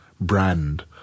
brand